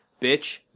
Bitch